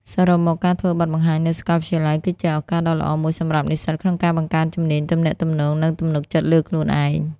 សរុបមក ការធ្វើបទបង្ហាញនៅសាកលវិទ្យាល័យគឺជាឱកាសដ៏ល្អមួយសម្រាប់និស្សិតក្នុងការបង្កើនជំនាញទំនាក់ទំនង និងទំនុកចិត្តលើខ្លួនឯង។